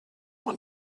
want